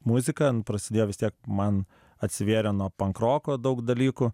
muzika prasidėjo vis tiek man atsivėrė nuo pankroko daug dalykų